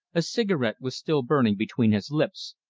a cigarette was still burning between his lips,